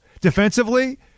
defensively